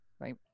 Right